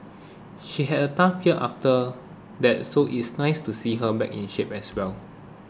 she had a tough year after that so it's nice to see her back in shape as well